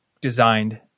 designed